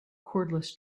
cordless